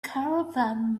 caravan